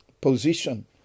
position